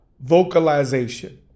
vocalization